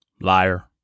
Liar